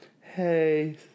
Hey